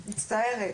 מצטערת.